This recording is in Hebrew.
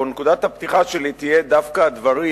או נקודת הפתיחה שלי תהיה דווקא הדברים